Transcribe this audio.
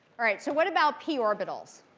all right, so what about p orbitals?